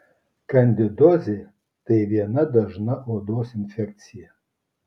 kandidozė dar viena dažna odos infekcija